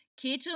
keto